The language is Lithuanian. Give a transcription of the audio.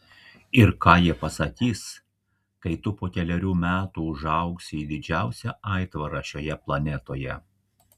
ir ką jie pasakys kai tu po kelerių metų užaugsi į didžiausią aitvarą šioje planetoje